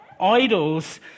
idols